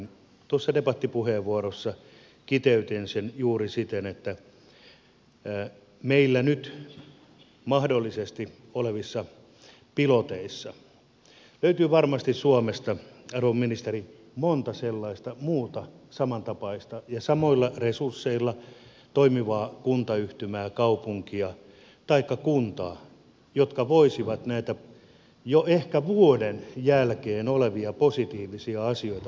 tuossa debattipuheenvuorossa kiteytin sen juuri siten että meillä nyt mahdollisesti olevissa piloteissa löytyy varmasti suomesta arvon ministeri monta sellaista muuta samantapaista ja samoilla resursseilla toimivaa kuntayhtymää kaupunkia taikka kuntaa jotka voisivat näitä jo ehkä vuoden jälkeen olevia positiivisia asioita ottaa käyttöön